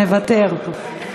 אני מברך אותך עוד פעם.